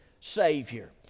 Savior